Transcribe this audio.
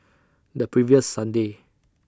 The previous Sunday